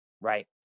right